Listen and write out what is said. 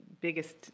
biggest